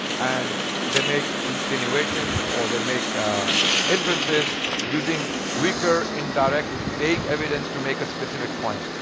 and they make insinuations or they make inferences using weaker indirect vague evidence to make a specific point.